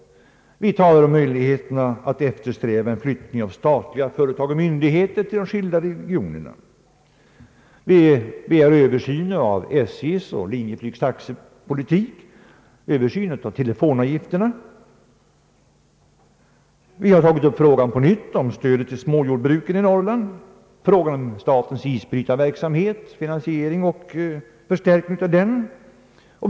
Vi talar om möjligheten att eftersträva en flyttning av statliga företag och myndigheter till de skilda regionerna. Vi begär översyn av SJ:s och Linjeflygs taxepolitik och en översyn av telefonavgifterna. Vi har på nytt tagit upp frågan om stödet till småjordbruken i Norrland, frågan om statens isbrytarverksamhets finansiering och en förstärkning av denna.